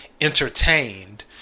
entertained